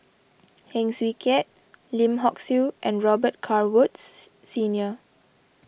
Heng Swee Keat Lim Hock Siew and Robet Carr Woods Senior